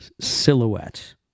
silhouette